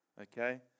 Okay